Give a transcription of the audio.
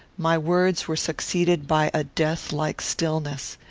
my words were succeeded by a death-like stillness.